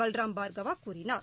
Balram பார்கவாகூறினார்